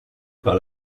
par